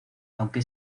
aunque